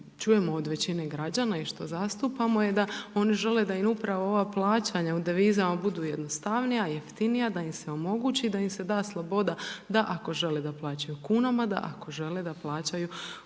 čujemo od većine građana i što zastupamo je da oni žele da im upravo ova plaćanja u devizama budu jednostavnija i jeftinija, da im se omogući, da im se da sloboda da ako žele da plaćaju u kunama, da ako žele da plaćaju